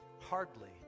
Hardly